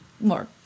more